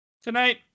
Tonight